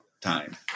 time